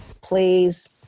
Please